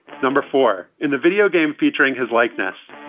number four, in the video game featuring his likeness,